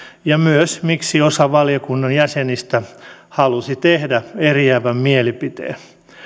ja myös sitä miksi osa valiokunnan jäsenistä halusi tehdä eriävän mielipiteen